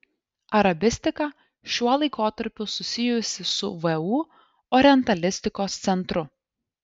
arabistika šiuo laikotarpiu susijusi su vu orientalistikos centru